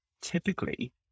typically